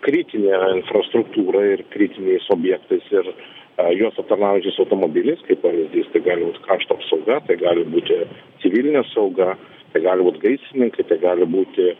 kritine infrastruktūra ir kritiniais objektais ir ar juos aptarnaujančiais automobiliais kaip pavyzdys tai gali būt krašto apsauga tai gali būti civilinė sauga tai gali būt gaisrininkai tai gali būti